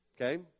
Okay